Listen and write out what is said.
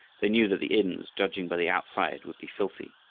they knew that the inns, judging by the outside, would be filthy,